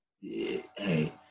hey